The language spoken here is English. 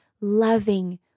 loving